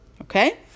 Okay